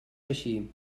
així